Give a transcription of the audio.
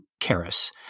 Karis –